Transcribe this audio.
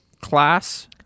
class